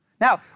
Now